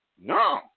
No